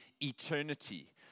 eternity